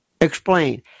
explain